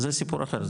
זה סיפור אחר,